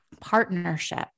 partnership